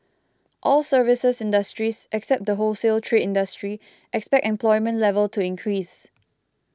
all services industries except the wholesale trade industry expect employment level to increase